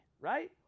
Right